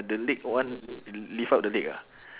the leg one lift up the leg ah